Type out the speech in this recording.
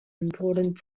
important